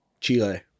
Chile